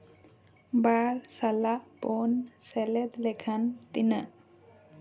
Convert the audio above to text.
ᱵᱟᱨ ᱥᱟᱞᱟᱜ ᱯᱩᱱ ᱥᱮᱞᱮᱫ ᱞᱮᱠᱷᱟᱱ ᱛᱤᱱᱟᱹᱜ